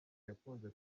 yakunze